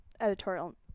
editorial